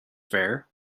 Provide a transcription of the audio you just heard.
fair